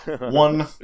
One